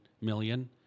million